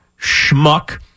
Schmuck